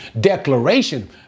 declaration